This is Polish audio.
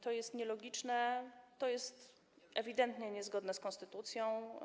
To jest nielogiczne, to jest ewidentnie niezgodne z konstytucją.